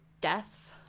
death